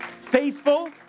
Faithful